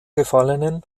gefallenen